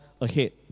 ahead